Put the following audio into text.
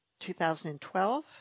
2012